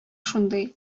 шундый